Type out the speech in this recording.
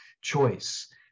choice